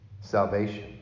Salvation